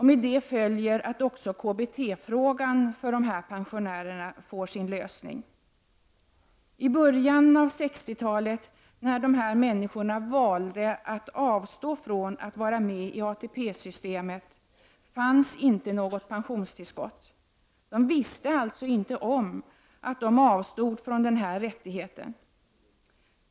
Med det följer att också KBT frågan för dessa pensionärer får sin lösning. I början av 60-talet när dessa människor valde att avstå från att vara med i ATP-systemet fanns inte något pensionstillskott. De visste alltså inte om att de avstod även från denna rättighet.